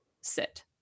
sit